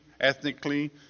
ethnically